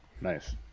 Nice